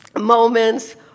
moments